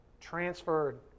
transferred